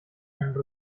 and